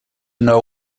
know